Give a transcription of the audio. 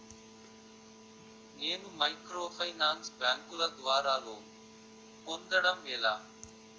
నేను మైక్రోఫైనాన్స్ బ్యాంకుల ద్వారా లోన్ పొందడం ఎలా?